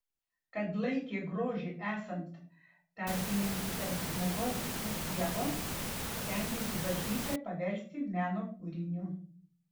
kad laikė grožį esant tarpininku tarp žmogaus ir dievo stengėsi bažnyčią paversti meno kūriniu